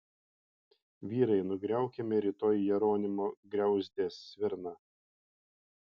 vyrai nugriaukime rytoj jeronimo griauzdės svirną